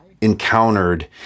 encountered